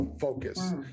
focus